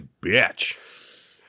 bitch